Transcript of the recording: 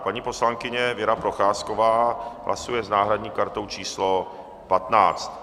Paní poslankyně Věra Procházková hlasuje s náhradní kartou číslo 15.